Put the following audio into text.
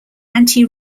anti